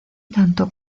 tanto